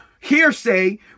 hearsay